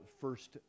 first